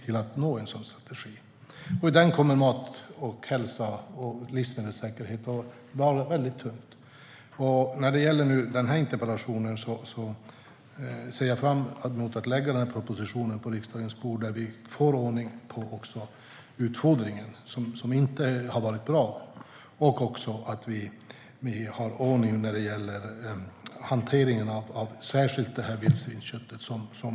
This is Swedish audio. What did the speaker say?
I strategin kommer mat, hälsa och livsmedelssäkerhet att väga tungt. Jag ser fram emot att lägga en proposition på riksdagens bord och få ordning på utfodringen, som inte har varit bra, och också få ordning på hanteringen av vildsvinsköttet.